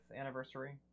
anniversary